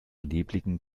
nebeligen